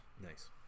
nice